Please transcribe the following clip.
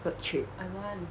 road trip